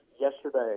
yesterday